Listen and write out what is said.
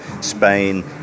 Spain